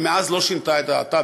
ומאז היא לא שינתה את דעתה.